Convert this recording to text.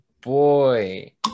boy